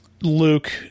Luke